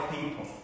people